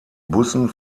bussen